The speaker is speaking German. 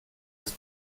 ist